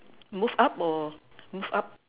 move up or move up